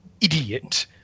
idiot